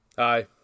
Hi